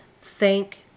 thank